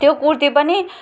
त्यो कुर्ती पनि